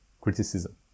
criticism